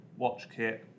WatchKit